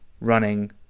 running